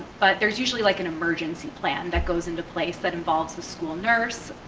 but there's usually like an emergency plan that goes into place that involves the school nurse